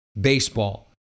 baseball